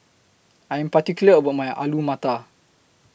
I Am particular about My Alu Matar